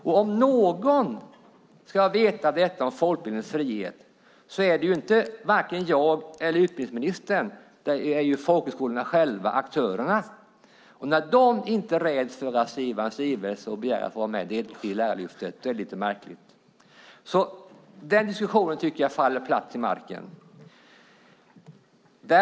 Det är varken jag eller utbildningsministern som vet bäst när det gäller folkbildningens frihet utan folkhögskolorna, aktörerna, själva. När de inte räds att lämna in en skrivelse och begära att få vara med i Lärarlyftet blir det hela lite märkligt. Den diskussionen faller platt till marken.